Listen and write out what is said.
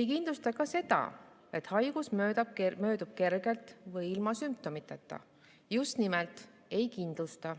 Ei kindlusta ka seda, et haigus möödub kergelt või ilma sümptomiteta. Just nimelt, ei kindlusta.